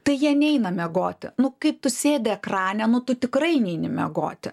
tai jie neina miegoti nu kaip tu sėdi ekrane nu tu tikrai neini miegoti